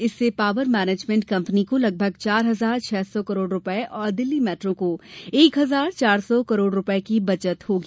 इससे power management company को लगभग चार हजार छह सौ करोड़ रूपये और दिल्ली मेट्रो को एक हजार चार सौ करोड़ रूपये की बचत होगी